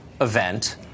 event